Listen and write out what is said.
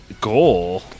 goal